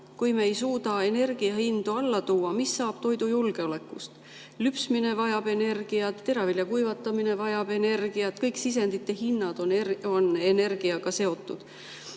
kui me ei suuda energiahindu alla tuua, mis saab toidujulgeolekust? Lüpsmine vajab energiat, teravilja kuivatamine vajab energiat, kõik sisendite hinnad on energiaga seotud.